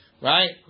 right